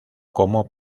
como